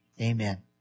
amen